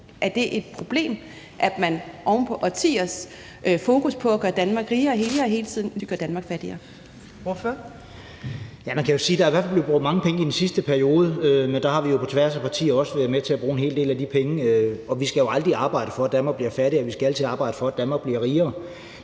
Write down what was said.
Fjerde næstformand (Trine Torp): Ordføreren. Kl. 11:03 René Christensen (DF): Ja, man kan sige, at der i hvert fald er blevet brugt mange penge i den sidste periode, men der har vi jo på tværs af partier også været med til at bruge en hel del af de penge. Vi skal aldrig arbejde for, at Danmark bliver fattigere. Vi skal altid arbejde for, at Danmark bliver rigere,